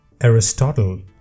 Aristotle